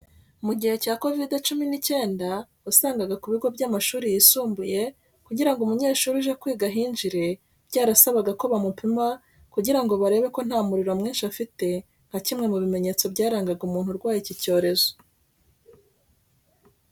Mu gihe cya Kovide cumi n'icyenda, wasangaga ku bigo by'amashuri yisumbuye kugira ngo umunyeshuri uje kwiga ahinjire, byarasabaga ko bamupima kugira ngo barebe ko nta muriro mwinshi afite nka kimwe mu bimenyetso byarangaga umuntu urwaye iki cyorezo.